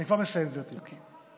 אני כבר מסיים, גברתי.